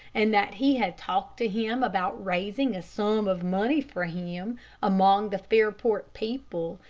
and that he had talked to him about raising a sum of money for him among the fairport people,